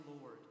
Lord